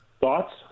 thoughts